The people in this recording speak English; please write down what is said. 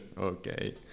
Okay